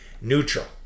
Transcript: neutral